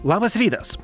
labas rytas